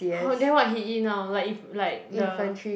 [ho] then what he eat now like if like the